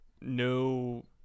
no